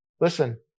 Listen